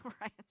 Right